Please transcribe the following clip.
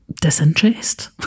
disinterest